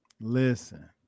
Listen